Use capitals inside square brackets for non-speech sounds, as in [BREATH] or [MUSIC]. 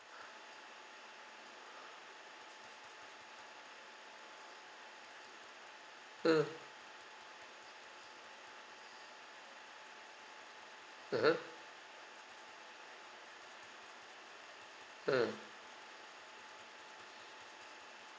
hmm [BREATH] mm mm hmm [BREATH]